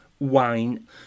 Wine